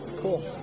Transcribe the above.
Cool